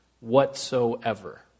whatsoever